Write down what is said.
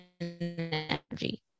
energy